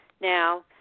Now